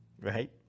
right